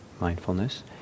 mindfulness